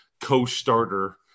co-starter